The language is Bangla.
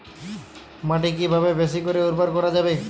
মাটি কিভাবে বেশী করে উর্বর করা যাবে?